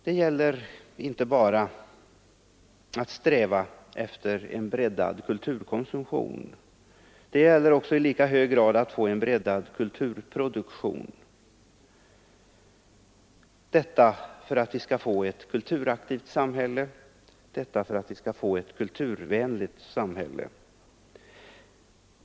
Det gäller inte bara att sträva efter en breddad kulturkonsumtion, det gäller också, i lika hög grad, att åstadkomma en breddad kulturproduktion — detta för att vi skall få ett kulturaktivt, ett kulturvänligare samhälle.